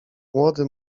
młody